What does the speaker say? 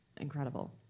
incredible